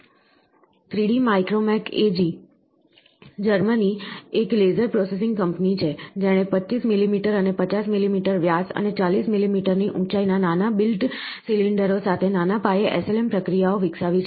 3D Micromac AG Germany એક laser processing company છે જેણે 25 મિલીમીટર અને 50 મિલીમીટર વ્યાસ અને 40 મિલીમીટરની ઊંચાઈના નાના બિલ્ટ સિલિન્ડરો સાથે નાના પાયે SLM પ્રક્રિયાઓ વિકસાવી છે